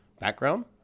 background